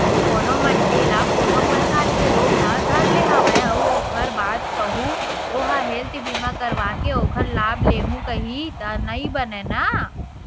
कोनो मनखे ल कोनो परकार के रोग ह धर ले हवय अउ ओखर बाद कहूँ ओहा हेल्थ बीमा करवाके ओखर लाभ लेहूँ कइही त नइ बनय न